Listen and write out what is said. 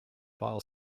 file